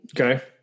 Okay